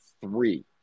three